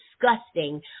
disgusting